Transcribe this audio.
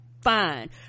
fine